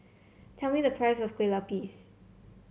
tell me the price of Kueh Lupis